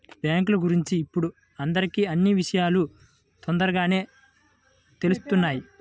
బ్యేంకుల గురించి ఇప్పుడు అందరికీ అన్నీ విషయాలూ తొందరగానే తెలుత్తున్నాయి